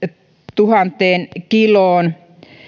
kiloon